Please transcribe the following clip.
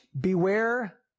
beware